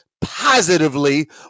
positively